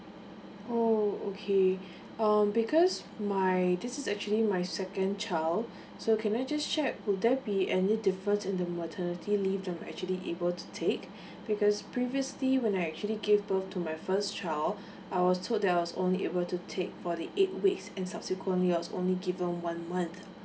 oo okay um because my this is actually my second child so can I just check will there be any difference in the maternity leave that I'm actually able to take because previously when I actually gave birth to my first child I was told that I was only able to take for the eight weeks and subsequently I was only given one month